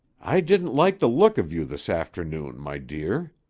i didn't like the look of you this afternoon, my dear.